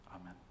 Amen